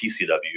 PCW